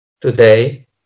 today